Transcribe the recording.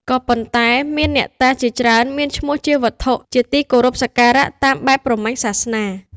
ក៏ប៉ុន្តែ មានអ្នកតាជាច្រើនមានឈ្មោះជាវត្ថុជាទីគោរពសក្ការៈតាមបែបព្រហ្មញ្ញសាសនា។